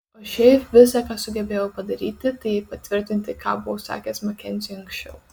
o šiaip visa ką sugebėjau padaryti tai patvirtinti ką buvau sakęs makenziui anksčiau